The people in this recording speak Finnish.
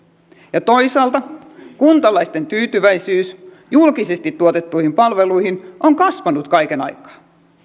ja toisaalta kuntalaisten tyytyväisyys julkisesti tuotettuihin palveluihin on kasvanut kaiken aikaa